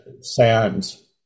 sands